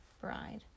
bride